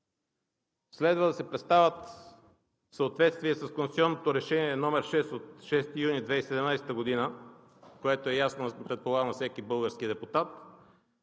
следва да се представят в съответствие с Конституционното решение № 6 от 6 юни 2017 г., което е ясно предполагам на всеки български депутат,